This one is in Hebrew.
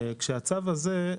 הצו הזה,